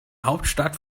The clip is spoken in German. hauptstadt